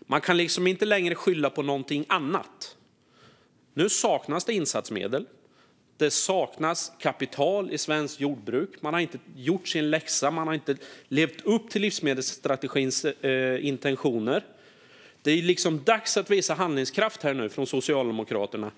Man kan inte längre skylla på någonting annat. Nu saknas det insatsmedel och kapital i svenskt jordbruk. Man har inte gjort sin läxa. Man har inte levt upp till livsmedelsstrategins intentioner. Det är dags att visa handlingskraft från Socialdemokraterna.